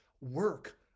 work